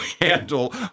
handle